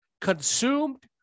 consumed